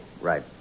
Right